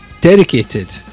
dedicated